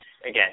again